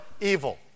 evil